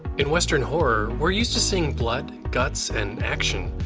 in western horror we're used to seeing blood, guts, and action.